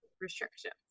restrictions